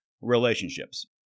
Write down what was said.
relationships